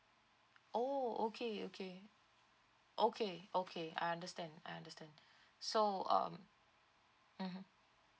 oh okay okay okay okay I understand I understand so um mmhmm